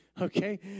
Okay